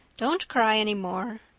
don't cry any more.